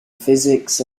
physics